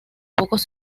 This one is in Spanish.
pocos